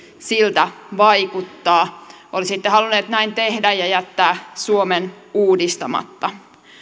siltä vaikuttaa olisitte halunneet näin tehdä ja jättää suomen uudistamatta